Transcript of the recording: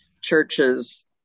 churches